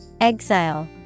Exile